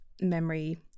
memory